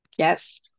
Yes